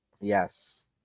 Yes